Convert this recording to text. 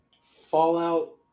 Fallout